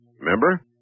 Remember